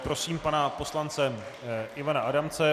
Prosím pana poslance Ivana Adamce.